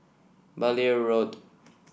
Blair Road